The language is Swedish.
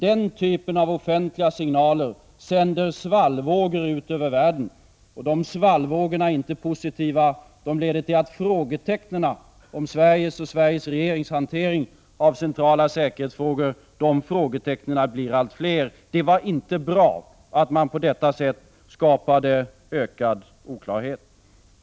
Den typen av offentliga signaler sänder svallvågor ut över världen, och de svallvågorna är inte positiva utan leder till att frågetecknen beträffande Sverige och Sveriges regerings hantering av centrala säkerhetsfrågor blir allt fler. Det var inte bra att man på det sättet skapade ökad oklarhet.